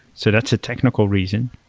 so that's a technical reason.